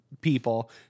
people